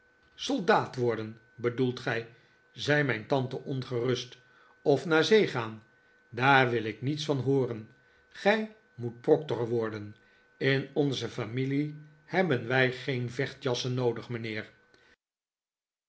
soldaat worden bedoelt gij zei mijn tante ongerust of naar zee gaan daar wil ik niets van hooren gij moet proctor worden in onze familie hebben wij geen vechtjassen noodig mijnheer